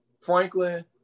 Franklin